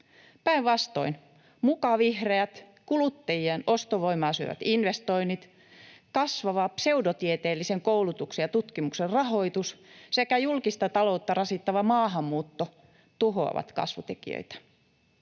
Päinvastoin mukavihreät, kuluttajien ostovoimaa syövät investoinnit, kasvava pseudotieteellisen koulutuksen ja tutkimuksen rahoitus sekä julkista taloutta rasittava maahanmuutto tuhoavat kasvutekijöitä.